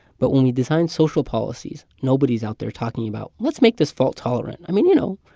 but when we design social policies, nobody's out there talking about, let's make this fault-tolerant. i mean, you know,